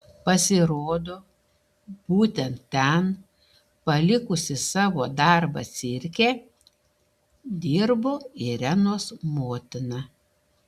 pasirodo būtent ten palikusi savo darbą cirke dirbo irenos motina